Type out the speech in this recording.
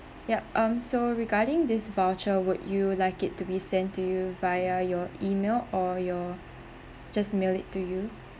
yup um so regarding this voucher would you like it to be sent to you via your email or your just mail it to you